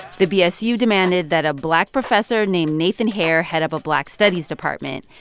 the bsu demanded that a black professor named nathan hare, head of a black studies department,